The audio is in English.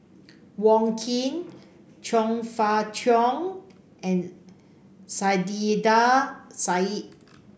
Wong Keen Chong Fah Cheong and Saiedah Said